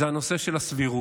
וזה הנושא של הסבירות.